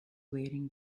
waiting